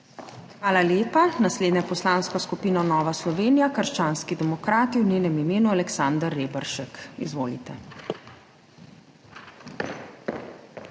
Hvala lepa. Naslednja je Poslanska skupina Nova Slovenija – krščanski demokrati, v njenem imenu Aleksander Reberšek. Izvolite.